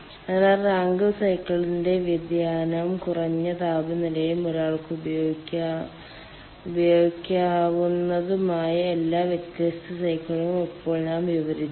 അതിനാൽ റാങ്കിൻ സൈക്കിളിന്റെ വ്യതിയാനവും കുറഞ്ഞ താപനിലയിൽ ഒരാൾക്ക് ഉപയോഗിക്കാവുന്നതുമായ എല്ലാ വ്യത്യസ്ത സൈക്കിളുകളും ഇപ്പോൾ ഞാൻ വിവരിച്ചു